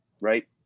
right